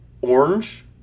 Orange